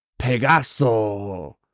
Pegaso